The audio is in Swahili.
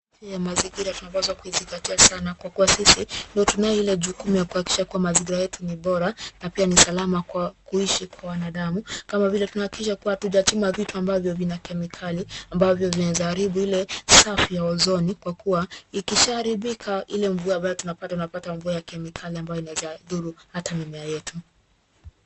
Afya ya mazingira tunapazwa kuhizingatia sana kwa kuwa sisi ndio tuna ile jukumu ya kuhakikisha kuwa mazigira yetu ni bora na pia ni salama kwa kuishi kwa wanadamu. Kama vile tunahakishia kuwa hatujachoma vitu ambavyo vina kemikali, ambavyo vinaeza haribu ile safi ya ozoni kwa kuwa ikisha haribika ile mvua ambayo tunapata, tunapata mvua ya kemikali ambayo inaeza dhuru hata mimea yetu.